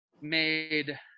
made